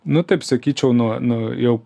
nu taip sakyčiau nu nu jau